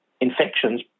infections